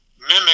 mimic